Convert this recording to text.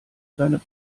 seine